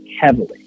heavily